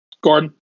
Gordon